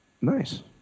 Nice